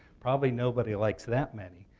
probably nobody likes that many.